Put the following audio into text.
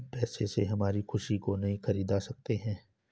हम पैसे से हमारी खुशी को नहीं खरीदा सकते है